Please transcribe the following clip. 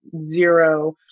zero